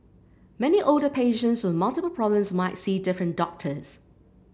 many older patients with multiple problems might see different doctors